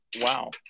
Wow